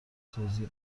توزیع